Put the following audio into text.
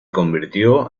convirtió